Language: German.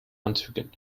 anzügen